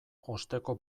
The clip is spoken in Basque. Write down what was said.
osteko